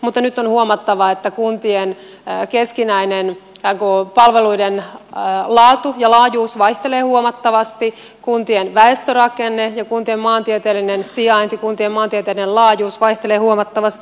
mutta nyt on huomattava että kuntien palveluiden laatu ja laajuus vaihtelevat huomattavasti kuntien väestörakenne ja kuntien maantieteellinen sijainti ja kuntien maantieteellinen laajuus vaihtelevat huomattavasti